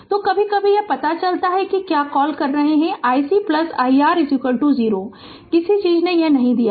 तो अभी अभी यह पता चला है कि क्या कॉल है कि iC iR 0 किसी चीज़ ने नहीं दिया है